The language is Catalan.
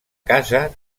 casa